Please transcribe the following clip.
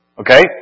Okay